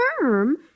term